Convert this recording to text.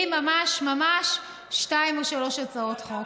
שלי ממש ממש, שתיים או שלוש הצעות חוק.